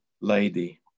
lady